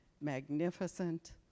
magnificent